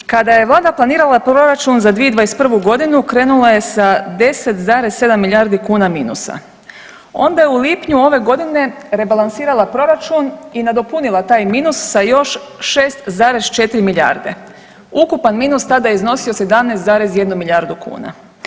Kada je vlada planirala proračun za 2021.g. krenula je sa 10,7 milijardi kuna minusa, onda je u lipnju ove godine rebalansirala proračun i nadopunila taj minus sa još 6,4 milijarde, ukupan iznos tada je iznosio 17,1 milijardu kuna.